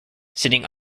sitting